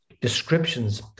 descriptions